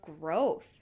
growth